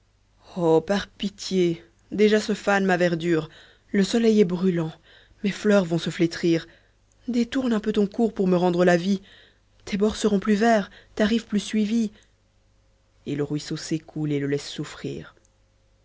oh par pitié déjà se fane ma verdure le soleil est brûlant mes fleurs vont se flétrir détourne un peu ton cours pour me rendre la vie tes bords seront plus verts ta rive plus suivie et le ruisseau s'écoule et le laisse souffrir